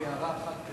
הערה אחת.